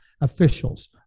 officials